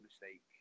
mistake